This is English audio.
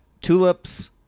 tulips